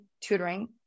tutoring